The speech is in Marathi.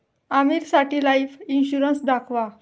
आमीरसाठी लाइफ इन्शुरन्स दाखवा